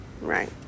Right